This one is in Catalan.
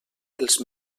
els